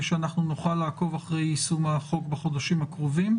שאנחנו נוכל לעקוב אחרי יישום החוק בחודשים הקרובים,